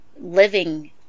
living